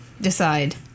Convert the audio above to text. decide